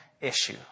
issue